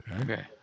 Okay